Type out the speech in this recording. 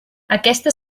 aquesta